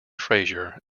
fraser